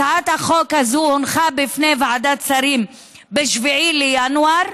הצעת החוק הזאת הונחה בפני ועדת שרים ב-7 בינואר,